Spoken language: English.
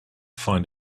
find